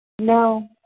No